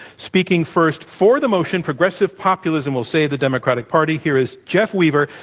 speaking first for the motion, progressive populism will save the democratic party, here is jeff weaver,